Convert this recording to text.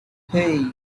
hey